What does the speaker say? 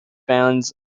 bands